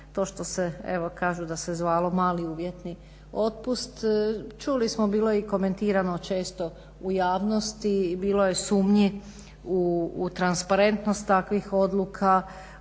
To što se, evo kažu da se zvalo mali uvjetni otpust. Čuli smo, bilo je i komentirano često u javnosti, bilo je sumnji u transparentnost takvih odluka